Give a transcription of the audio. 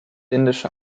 indische